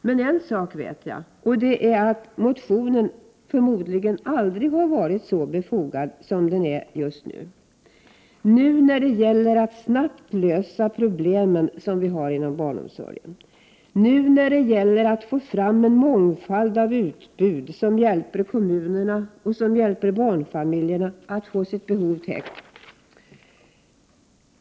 Men en sak vet jag, nämligen att motionen förmodligen aldrig har varit så befogad som just nu, nu när det gäller att snabbt lösa problemen inom barnomsorgen och att få fram en mångfald av utbud som hjälper kommunerna och barnfamiljerna att få sina behov täckta.